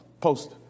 Post